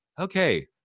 okay